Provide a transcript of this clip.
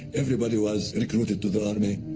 everybody was recruited to their army.